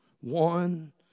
One